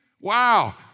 Wow